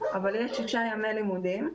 אבל יש שישה ימי לימודים,